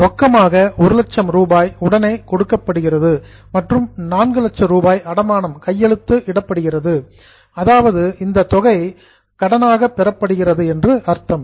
ரொக்கமாக 100000 ரூபாய் உடனே கொடுக்கப்படுகிறது மற்றும் 400000 ரூபாய்க்கு அடமானம் கையெழுத்து இடப்படுகிறது அதாவது அந்த தொகை லோன் கடனாக பெறப்படுகிறது என்று அர்த்தம்